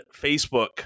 Facebook